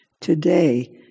Today